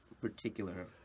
particular